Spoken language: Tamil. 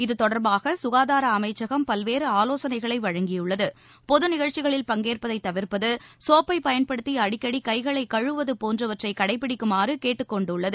இது தொடர்பாக சுகாதார அமைச்சகம் பல்வேறு ஆலோசனைகளை வழங்கியுள்ளது பொது நிகழ்ச்சிகளில் பங்கேற்பதை தவிர்ப்பது சோப்பை பயன்படுத்தி அடிக்கடி கைகளை கழுவுவது போன்றவற்றை கடைப்பிடிக்குமாறு கேட்டுக்கொண்டுள்ளது